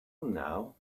now